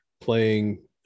playing